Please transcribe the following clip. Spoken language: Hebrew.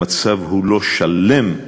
המצב הוא לא שלם,